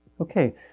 Okay